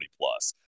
plus